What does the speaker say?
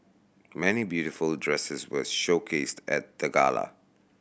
many beautiful dresses were showcased at the gala